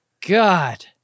God